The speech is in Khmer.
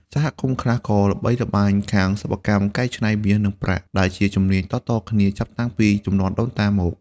សហគមន៍ខ្លះក៏ល្បីល្បាញខាងសិប្បកម្មកែច្នៃមាស និងប្រាក់ ដែលជាជំនាញតៗគ្នាចាប់តាំងពីជំនាន់ដូនតាមក។